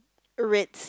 red